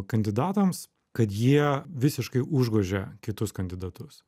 kandidatams kad jie visiškai užgožia kitus kandidatus